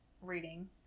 reading